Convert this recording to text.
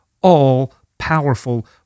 all-powerful